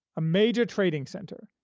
a major trading center,